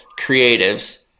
creatives